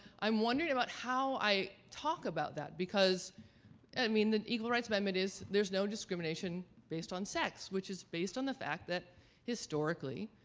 i'm wondering about how i talk about that. because i mean the equal rights amendment is there's no discrimination based on sex, sex, which is based on the fact that historically,